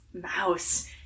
mouse